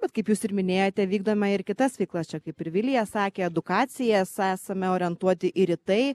bet kaip jūs ir minėjote vykdoma ir kitas veiklas čia kaip ir vilija sakė edukacijas esame orientuoti ir į tai